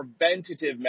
preventative